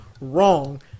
wrong